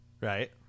Right